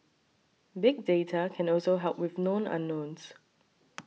big data can also help with known unknowns